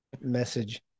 message